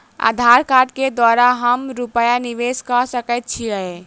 आधार कार्ड केँ द्वारा हम रूपया निवेश कऽ सकैत छीयै?